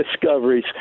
discoveries